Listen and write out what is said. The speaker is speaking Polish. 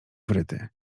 wryty